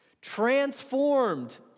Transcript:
transformed